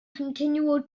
continual